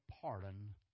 pardon